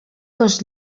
dos